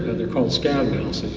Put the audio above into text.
they're called scatterwells.